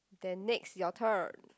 then next your turn